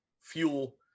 fuel